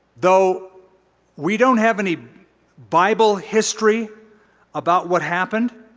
though we don't have any bible history about what happened,